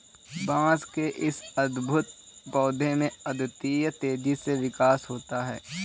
बांस के इस अद्भुत पौधे में अद्वितीय तेजी से विकास होता है